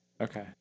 Okay